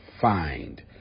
find